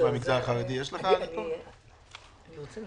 החרדי באחוזים